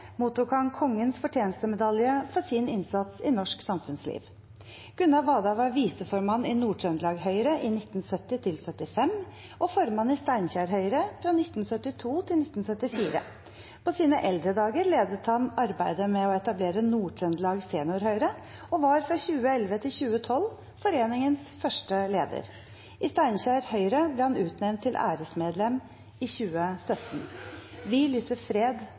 Kongens fortjenstmedalje for sin innsats i norsk samfunnsliv. Gunnar Vada var viseformann i Nord-Trøndelag Høyre 1970–1975 og formann i Steinkjer Høyre 1972–1974. På sine eldre dager ledet han arbeidet med å etablere Nord-Trøndelag Senior-Høyre og var fra 2011 til 2012 foreningens første leder. I Steinkjer Høyre ble han utnevnt til æresmedlem i 2017. Vi lyser fred